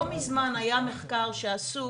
לא מזמן היה מחקר שעשו